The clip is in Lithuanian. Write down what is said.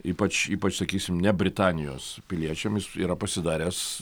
ypač ypač sakysim ne britanijos piliečiams yra pasidaręs